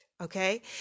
Okay